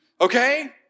okay